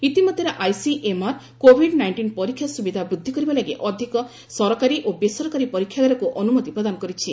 ଇତିମଧ୍ୟରେ ICMR COVID nineteen ପରୀକ୍ଷା ସୁବିଧା ବୃଦ୍ଧି କରିବା ଲାଗି ଅଧିକ ସରକାରୀ ଓ ବେସରକାରୀ ପରୀକ୍ଷାଗାରକୁ ଅନୁମତି ପ୍ରଦାନ କରିଛି